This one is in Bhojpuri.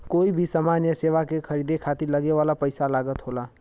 कोई भी समान या सेवा के खरीदे खातिर लगे वाला पइसा लागत होला